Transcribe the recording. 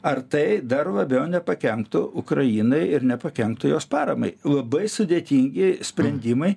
ar tai dar labiau nepakenktų ukrainai ir nepakenktų jos paramai labai sudėtingi sprendimai